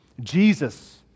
Jesus